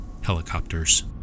helicopters